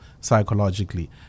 psychologically